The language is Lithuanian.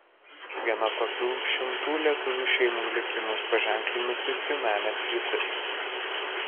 viena tokių šimtų lietuvių šeimų likimus paženklinusi tiumenės sritis